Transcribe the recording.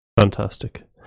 Fantastic